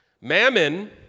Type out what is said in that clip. Mammon